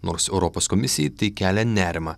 nors europos komisijai tai kelia nerimą